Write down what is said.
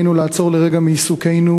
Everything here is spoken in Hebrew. עלינו לעצור לרגע מעיסוקינו,